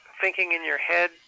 thinking-in-your-head